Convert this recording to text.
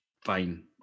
Fine